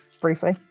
Briefly